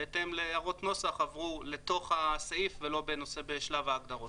בהתאם להערות נוסח עברו לתוך הסעיף ולא בשלב ההגדרות.